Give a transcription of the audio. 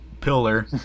pillar